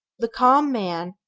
the calm man,